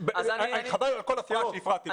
שחבל שהפרעתי לו.